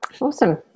awesome